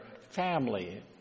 family